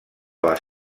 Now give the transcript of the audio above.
les